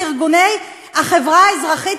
את ארגוני החברה האזרחית,